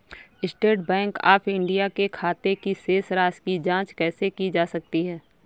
State bank of India के खाते की शेष राशि की जॉंच कैसे की जा सकती है?